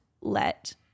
let